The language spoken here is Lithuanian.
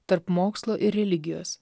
tarp mokslo ir religijos